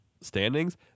standings